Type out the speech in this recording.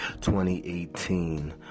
2018